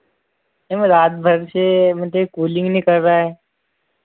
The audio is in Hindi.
जी मैम रात भर से मतलब कूलिन्ग नहीं कर रहा है